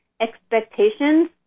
expectations